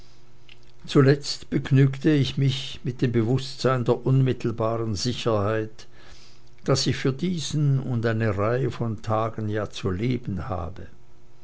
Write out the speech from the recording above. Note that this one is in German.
zuletzt begnügte ich mich mit dem bewußtsein der unmittelbaren sicherheit daß ich für diesen und eine reihe von tagen ja zu leben habe